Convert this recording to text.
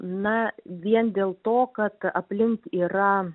na vien dėl to kad aplink yra